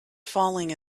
falling